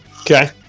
Okay